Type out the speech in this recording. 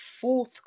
fourth